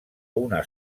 una